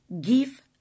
give